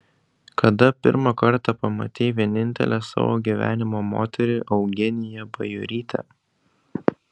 kada pirmą kartą pamatei vienintelę savo gyvenimo moterį eugeniją bajorytę